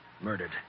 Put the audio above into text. Murdered